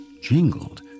jingled